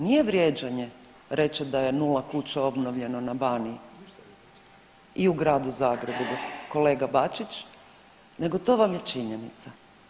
Nije vrijeđanje da je nula kuća obnovljeno na Baniji i u Gradu Zagrebu kolega Bačić nego to vam je činjenica.